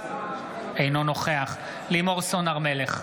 אינו נוכח לימור סון הר מלך,